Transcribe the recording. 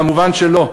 כמובן שלא,